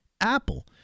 Apple